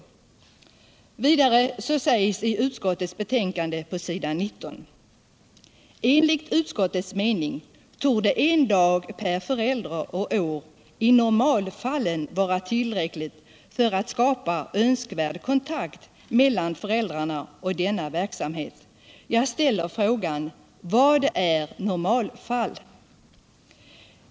Vidare sägs i utskottets betänkande på s. 19: ”Enligt utskottets mening torde en dag per förälder och år i normalfallen vara tillräckligt för att skapa önskvärd kontakt mellan föräldrarna och denna verksamhet.” Jag ställer frågan: Vad är normalfall?